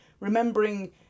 Remembering